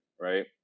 right